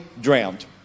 drowned